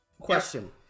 Question